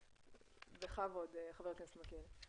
חבר הכנסת מיכאלי, בבקשה.